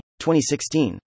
2016